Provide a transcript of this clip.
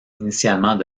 initialement